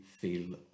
feel